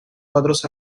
cuadros